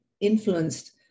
influenced